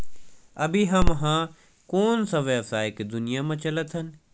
अभी हम ह कोन सा व्यवसाय के दुनिया म चलत हन?